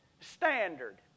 standard